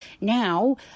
now